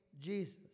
Jesus